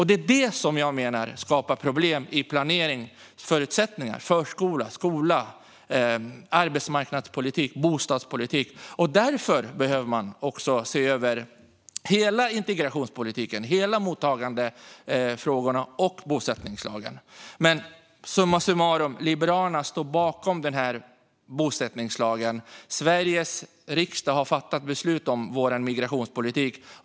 Det är det som jag menar skapar problem med planeringsförutsättningarna när det gäller förskola, skola, arbetsmarknadspolitik och bostadspolitik. Därför behöver man se över hela integrationspolitiken, mottagandefrågorna och bosättningslagen. Summa summarum: Liberalerna står bakom den här bosättningslagen. Sveriges riksdag har fattat beslut om vår migrationspolitik.